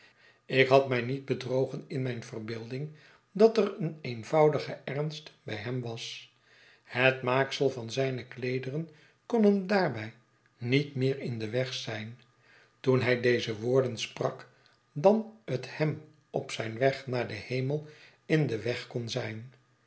ik had mij niet bedrogen in mijne verbeelding dat er een eenvoudige ernst bij hem was het maaksel van zijne kleederen kon hem daarbij niet meer in den weg zijn toen hij deze woorden sprak dan het hem op zijn weg naar den hemel in den weg kon zijn